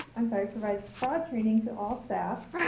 i'm sorry, provides fraud training to all staff,